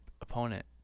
opponent